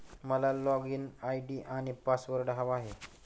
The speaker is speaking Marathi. मला लॉगइन आय.डी आणि पासवर्ड हवा आहे